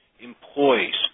employees